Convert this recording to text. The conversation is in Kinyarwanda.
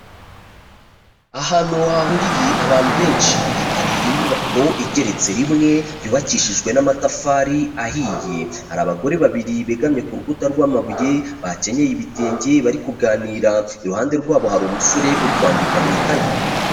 Ahantu hahuriye abantu benshi, hari inyubako igeretse rimwe yubakishijwe n'amatafari ahiye, hari abagore babiri begamye ku rukuta rw'amabuye, bakenyeye ibitenge bari kuganira, iruhande rwabo hari umusore uri kwandika mu ikayi.